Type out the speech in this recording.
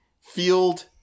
Field